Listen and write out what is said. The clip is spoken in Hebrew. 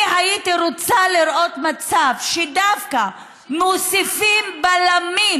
אני הייתי רוצה לראות מצב שדווקא מוסיפים בלמים